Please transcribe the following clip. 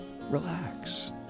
Relax